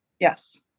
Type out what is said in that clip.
Yes